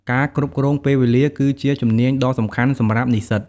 ការគ្រប់គ្រងពេលវេលាគឺជាជំនាញដ៏សំខាន់សម្រាប់និស្សិត។